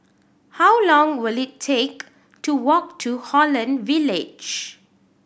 how long will it take to walk to Holland Village